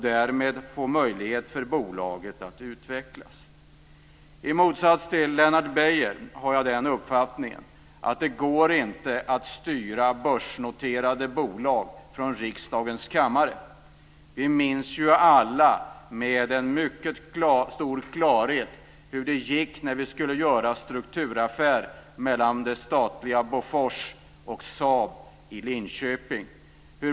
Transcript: Därmed blir det möjligt för bolaget att utvecklas. I motsats till Lennart Beijer har jag den uppfattningen att det inte går att styra börsnoterade bolag från riksdagens kammare. Vi minns ju alla hur det gick när man skulle göra strukturaffär mellan det statliga Bofors och Saab i Linköping.